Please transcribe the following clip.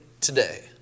today